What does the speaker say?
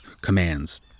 commands